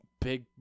big